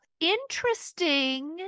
interesting